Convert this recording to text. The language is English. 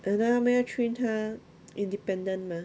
要 train 他 independent mah